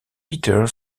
peter